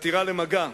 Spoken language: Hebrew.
חתירה למגע.